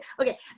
okay